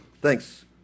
Thanks